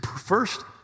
first